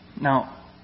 Now